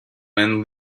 man